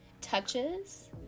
touches